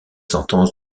sentence